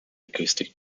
acoustic